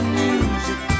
music